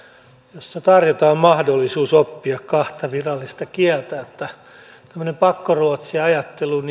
jossa tarjotaan mahdollisuus oppia kahta virallista kieltä tämmöisestä pakkoruotsiajattelusta